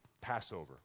Passover